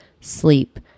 sleep